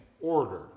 order